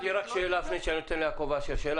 יש לי שאלה לפני שאני נותן לחבר הכנסת יעקב אשר את רשות